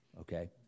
okay